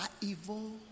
evil